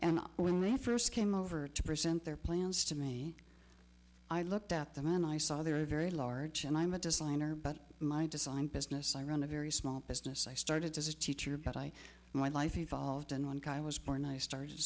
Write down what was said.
and when they first came over to present their plans to me i looked at them and i saw they're very large and i'm a designer but my design business i run a very small business i started as a teacher but i my life evolved and one guy was born i started a